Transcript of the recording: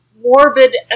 Morbid